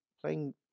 playing